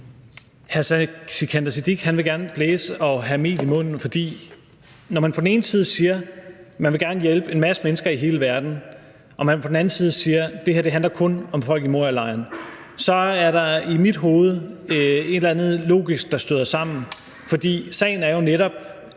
Hr. Sikandar Siddique vil gerne blæse og have mel i munden, for når man på den ene side siger, at man gerne vil hjælpe en masse mennesker i hele verden, og man på den anden side siger, at det her kun handler om folk i Morialejren, så er der i mit hoved et eller andet, der logisk støder sammen. For sagen er jo netop,